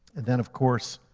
and then, of course,